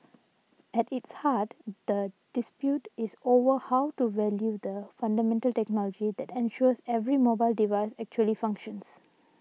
at its heart the dispute is over how to value the fundamental technology that ensures every mobile device actually functions